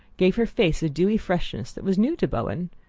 gave her face a dewy freshness that was new to bowen.